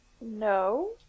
No